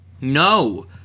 No